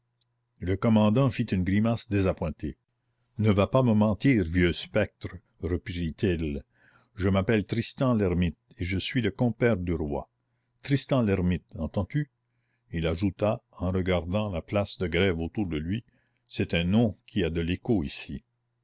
le commandant fit une grimace désappointée ne va pas me mentir vieux spectre reprit-il je m'appelle tristan l'hermite et je suis le compère du roi tristan l'hermite entends-tu il ajouta en regardant la place de grève autour de lui c'est un nom qui a de l'écho ici